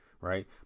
right